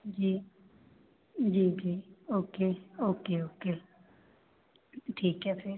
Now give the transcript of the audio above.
जी जी जी okay okay okay ठीक है फिर